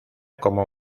como